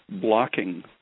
blocking